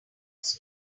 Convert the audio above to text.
was